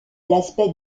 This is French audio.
l’aspect